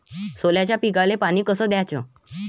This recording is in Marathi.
सोल्याच्या पिकाले पानी कस द्याचं?